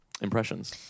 impressions